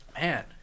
Man